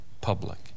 public